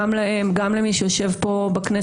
בהתפזרות לפעמים באותו יום מעבירים גם קריאה ראשונה,